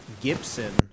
Gibson